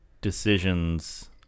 decisions